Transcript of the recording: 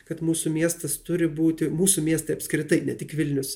kad mūsų miestas turi būti mūsų miestai apskritai ne tik vilnius